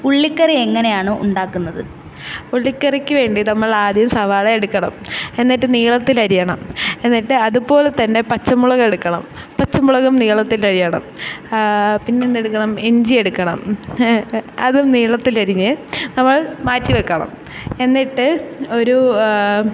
ഉള്ളിക്കറി എങ്ങനെയാണ് ഉണ്ടാക്കുന്നത് ഉള്ളിക്കറിക്ക് വേണ്ടി നമ്മളാദ്യം സവാള എടുക്കണം എന്നിട്ട് നീളത്തിൽ അരിയണം എന്നിട്ട് അതുപോലെത്തന്നെ പച്ചമുളകെടുക്കണം പച്ചമുളകും നീളത്തിൽ അരിയണം പിന്നെന്തെടുക്കണം ഇഞ്ചി എടുക്കണം അതും നീളത്തിൽ അരിഞ്ഞ് നമ്മൾ മാറ്റിവയ്ക്കണം എന്നിട്ട് ഒരു